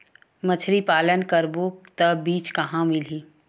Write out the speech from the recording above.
मछरी पालन करबो त बीज कहां मिलही?